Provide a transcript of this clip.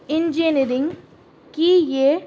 engineering کی یہ